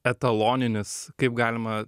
etaloninis kaip galima